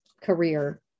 career